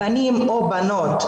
בנים או בנות,